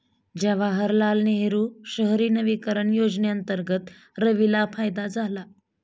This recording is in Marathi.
जवाहरलाल नेहरू शहरी नवीकरण योजनेअंतर्गत रवीला फायदा झाला